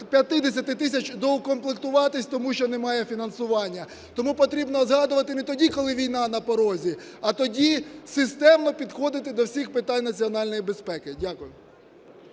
50 тисяч доукомплектуватися, тому що немає фінансування. Тому потрібно згадувати не тоді, коли війна на порозі, а тоді системно підходити до всіх питань національної безпеки. Дякую.